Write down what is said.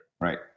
Right